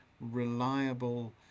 reliable